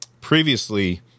previously